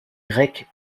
grecque